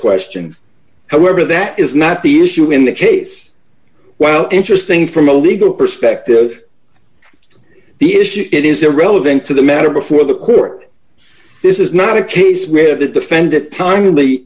question however that is not the issue in the case while interesting from a legal perspective the issue it is irrelevant to the matter before the court this is not a case where the defendant tim